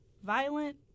Violent